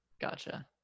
Gotcha